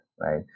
right